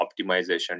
optimization